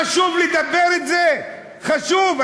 חשוב לדבר על זה, חשוב.